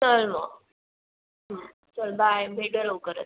चल मग चल बाय भेटूया लवकरच